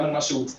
גם על מה שהוצהר.